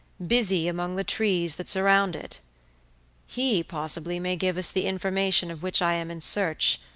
busy among the trees that surround it he possibly may give us the information of which i am in search,